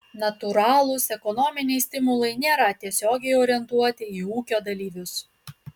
natūralūs ekonominiai stimulai nėra tiesiogiai orientuoti į ūkio dalyvius